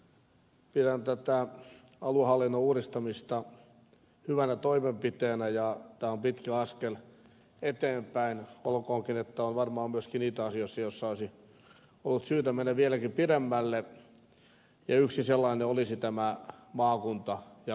pidän tätä aluehallinnon uudistamista hyvänä toimenpiteenä ja tämä on pitkä askel eteenpäin olkoonkin että on varmaan myöskin niitä asioita joissa olisi ollut syytä mennä vieläkin pidemmälle ja yksi sellainen olisi tämä maakuntajakorakenne